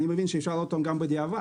שאפשר להעלות אותם גם בדיעבד.